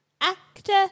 actor